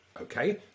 okay